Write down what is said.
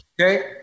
Okay